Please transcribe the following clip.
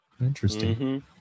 Interesting